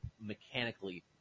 mechanically